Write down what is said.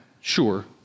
sure